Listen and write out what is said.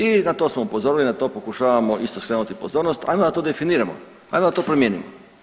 I na to smo upozorili, na to pokušavamo isto skrenuti pozornost, ajmo da to definiramo, ajmo da to promijenimo.